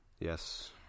Yes